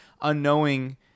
unknowing